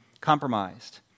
compromised